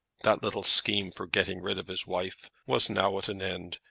that little scheme for getting rid of his wife was now at an end.